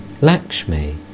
Lakshmi